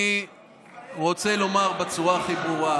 אני רוצה לומר בצורה הכי ברורה: